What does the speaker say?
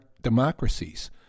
democracies